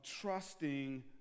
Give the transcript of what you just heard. trusting